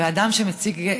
ואדם שמציג,